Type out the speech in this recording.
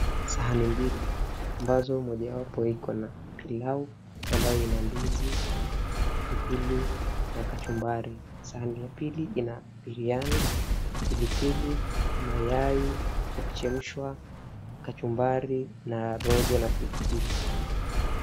Sahani mbili ambazo mojawapo ikona pilau ambayo ina ndizi pilipili na kachumbari. Sahani ya pili ina biriyani, pilipili, maya wa kuchemshwa kachumbari na rojo la pilipili.